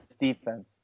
defense